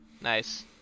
Nice